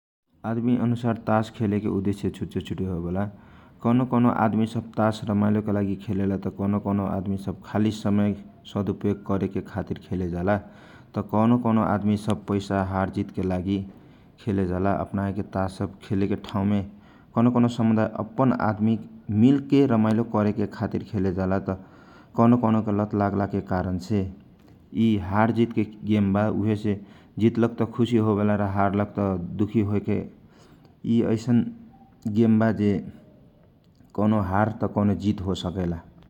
आदमी अनुसार तास खेलेके उदेशय छुटे छुटे होवेला कौनो कोनो आदमी सब तास रमाइलो के लागी खेले जाला कौनो कौनो आदमी सब खाली समय सकुपयोग करेके खाथिर खेले जाला त कौनो कौनो आदमी पैसा हार जित के लागी खेले जाला कौनो ठाउँ में अपन आदमी सब मिलकर रमाइलो खातिर खेले जाला त कौनो कौनो लत लागला के कारण से खेले जाला यि मे कौनो हारलक त दुखी होवेला कौनो जितलक खुसी होवेला जैसन हारजित के खेलवा ।